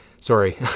Sorry